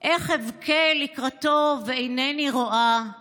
/ איכה אבך לקראתו ואינני רואה /